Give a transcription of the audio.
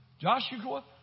Joshua